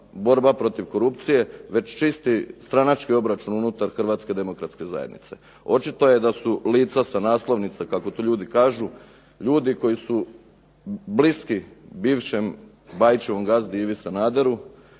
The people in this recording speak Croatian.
Očito je da su lica sa naslovnice kako to ljudi kažu ljudi koji su bliski bivšem Bajićevom gazdi Ivi Sanaderu,